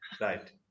Right